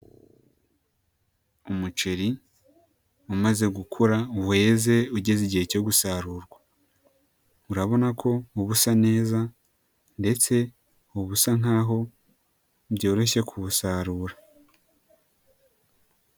Umuceri umaze gukura, weze, ugeze igihe cyo gusarurwa, urabona ko mu busa neza ndetse ubusa nkaho byoroshye kuwusarura.